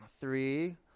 three